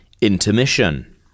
Intermission